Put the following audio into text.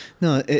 No